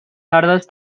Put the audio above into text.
tardes